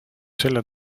selle